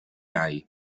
hai